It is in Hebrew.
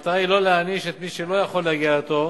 המטרה היא לא להעניש את מי שלא יכול להגיע לתור,